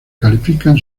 califican